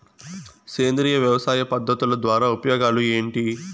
సేంద్రియ వ్యవసాయ పద్ధతుల ద్వారా ఉపయోగాలు ఏంటి?